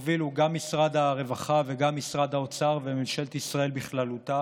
שהובילו גם משרד הרווחה וגם משרד האוצר וממשלת ישראל בכללותה